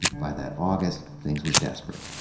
by that august, things were desperate.